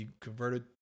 converted